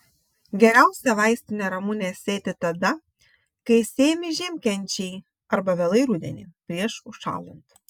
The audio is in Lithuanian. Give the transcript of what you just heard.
geriausia vaistinę ramunę sėti tada kai sėjami žiemkenčiai arba vėlai rudenį prieš užšąlant